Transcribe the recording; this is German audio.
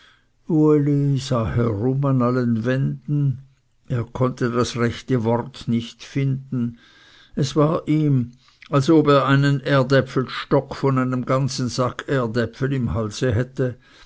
an allen wänden er konnte das rechte wort nicht finden es war ihm als ob er einen erdäpfelstock von einem ganzen sack erdäpfel im halse hätte